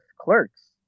Clerks